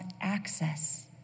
access